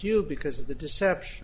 you because of the deception